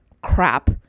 crap